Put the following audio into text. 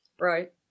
Right